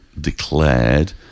declared